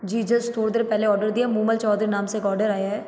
जी just थोड़ी देर पहले ऑर्डर दिया मूमल चौधरी नाम से एक ऑर्डर आया है